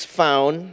found